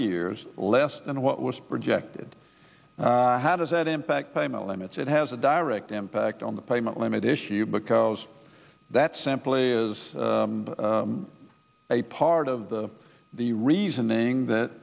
years less than what was projected how does that impact payment limits and has a direct impact on the payment limit issue because that simply is a part of the the reasoning that